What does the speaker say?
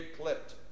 clipped